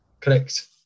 clicked